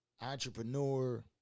entrepreneur